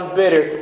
bitter